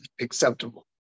acceptable